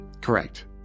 Correct